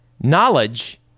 Knowledge